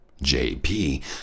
JP